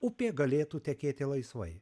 upė galėtų tekėti laisvai